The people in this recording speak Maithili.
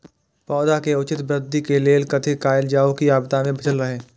पौधा के उचित वृद्धि के लेल कथि कायल जाओ की आपदा में बचल रहे?